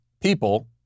people